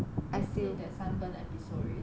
I see that sunburn episode already